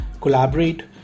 collaborate